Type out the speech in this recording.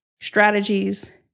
strategies